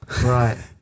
Right